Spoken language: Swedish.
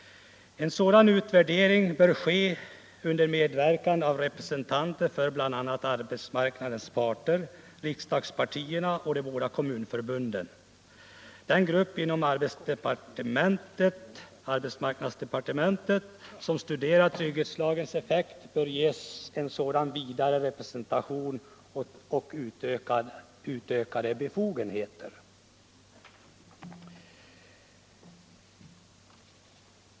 En sådan ut värdering bör ske under medverkan av representanter för bl.a. arbetsmarknadens parter, riksdagspartierna och de båda kommunförbunden. Den grupp inom arbetsmarknadsdepartementet som studerar trygghetslagens effekt bör ges en sådan vidare representation och utökade befogenheter.